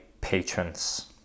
patrons